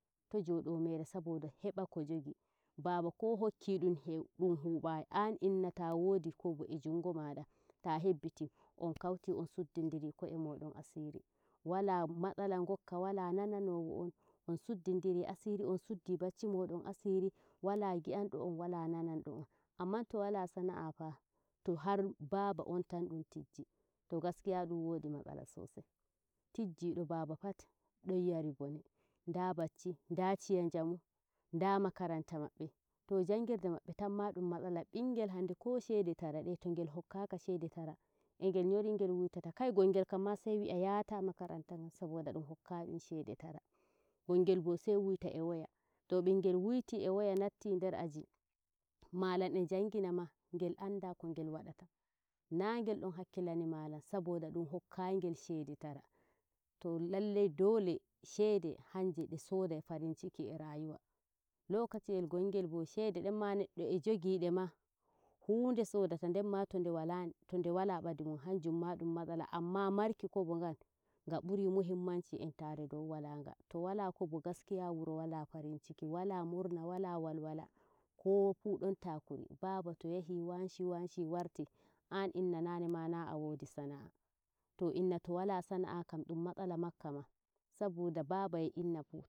to joɗo meyre saboda heɓa ko jogi baaba ko hokki ɗum huɓɓai an inna tawodi kobo e jungo maada ta hebbity on kauti on suddani ko'emon asiri wala matsla ngokka wala nananowo on on suddidiri asiri on suddi bacci mon asiri wala gi'an do on wala nanado on amma n ta wala sana'a fa to har baaba on ta dun tijji to gaskiya ɗum woodi matsala sosai tijjido baba pat dom yari bone. nda bacci nda ciyajamu nda makaranta mabbe to jangirde mabbe tamma ɗum matsala bingel hande ko shedey tara dey to ngel hokkaka shede tara e ngel nyori ngel wurtata kai gongel kamma sai wi'a yaaya makaranta ngan saboda ɗum hokkai dum shede tara gongel bo sai wuita e woya to bingel wuiti e woya nati nder aji malam e jangina ma ngel anda ko ngel wadata naa ngel don hakkilana malam saboda ɗum hokkai ngel sheyde tara to lallai shede hanje de shodai farincki e rayuwa lokaciyel ngongel bo shde denma neɗɗo e jogide ma hunde sidata ndenma to nde wala to wala badio mun hanjunma dun matsala anma marki kobo ngan nga burin muhimmanci dow walanga to wala kobo gaskiya wala farinciki wala murna wala walwala kowa fuu don takuri baaba to yahi wanshi wanshi warti an inna nanema naa o wodi sana'a to inna to wala sana'ah ɗun matsala makka ma saboda baaba e inna fuu